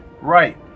Right